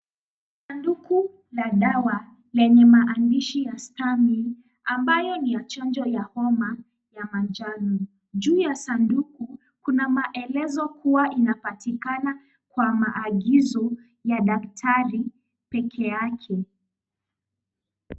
Sanduku la dawa na lina maandishi ya STAMARIL ambayo ni nya chanjo ya homa ya manjano. Juu ya sanduku, kuna maelezo kuwa inapatikana kwa maagizo ya daktari pekeeyake.